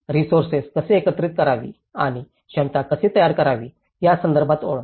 resources कशी एकत्रित करावी आणि क्षमता कशी तयार करावी या संदर्भात ओळख